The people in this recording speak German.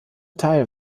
teil